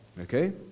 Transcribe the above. Okay